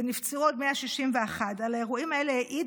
ונפצעו עוד 161. על האירועים האלה העיד